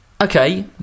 okay